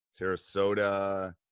Sarasota